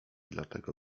dlatego